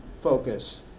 focus